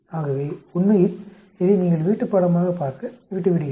ஆகவே உண்மையில் இதை நீங்கள் வீட்டுப்பாடமாக பார்க்க விட்டுவிடுகிறேன்